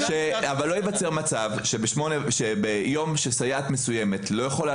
שלא ייווצר מצב שיום שסייעת מסוימת לא יכולה